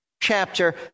chapter